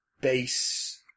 base